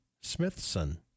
Smithson